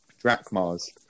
Drachmas